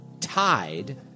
tied